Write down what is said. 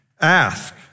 Ask